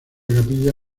capilla